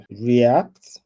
react